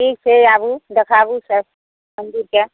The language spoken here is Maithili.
ठीक छै आबू देखाबू सब मन्दिरके